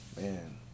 Man